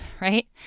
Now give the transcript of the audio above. right